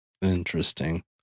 Interesting